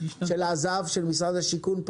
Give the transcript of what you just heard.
של עז"ב של משרד השיכון,